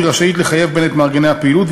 היא רשאית לחייב בהן את מארגני הפעילות,